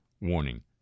warning